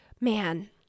man